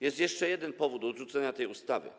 Jest jeszcze jeden powód do odrzucenia tej ustawy.